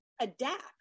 adapt